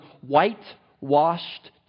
white-washed